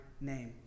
name